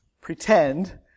pretend